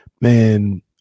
Man